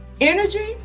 Energy